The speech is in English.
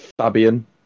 Fabian